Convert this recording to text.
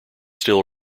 still